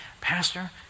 pastor